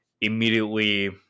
immediately